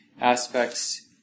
aspects